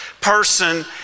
person